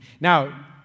Now